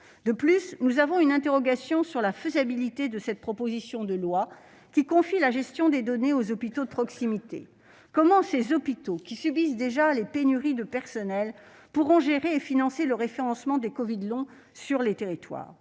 De plus, nous nous interrogeons quant à la faisabilité de cette proposition de loi, qui confie la gestion des données aux hôpitaux de proximité. Comment ces établissements, qui subissent déjà des pénuries de personnel, pourront-ils gérer et financer le référencement des covid longs dans les territoires ?